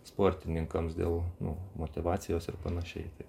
sportininkams dėl nu motyvacijos ir panašiai tai